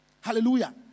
Hallelujah